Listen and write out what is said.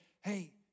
hey